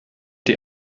die